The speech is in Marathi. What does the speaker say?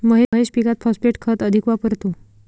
महेश पीकात फॉस्फेट खत अधिक वापरतो